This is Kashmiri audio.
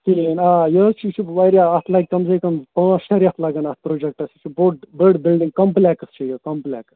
کِہیٖنٛۍ آ یہِ حظ چھُ یہِ چھُ واریاہ اَتھ لَگہِ کَم سے کَم پانٛژھ شےٚ رٮ۪تھ لَگَن اَتھ پروجیکٹَس یہِ چھُ بوٚڈ بٔڈ بِلڈِنٛگ کَمپُلیکٕس چھِ یہِ کَمپُلیکٕس